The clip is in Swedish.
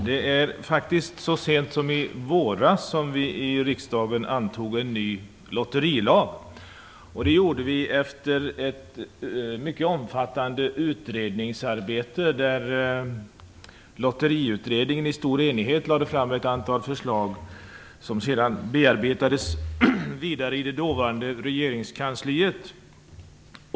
Herr talman! Det var faktiskt så sent som i våras som vi i riksdagen antog en ny lotterilag, och det gjorde vi efter ett mycket omfattande utredningsarbete. Lotteriutredningen lade i stor enighet fram ett antal förslag, som sedan bearbetades vidare i det dåvarande regeringskansliet.